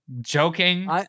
joking